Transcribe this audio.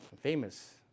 famous